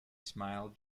smile